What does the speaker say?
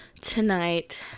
tonight